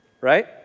right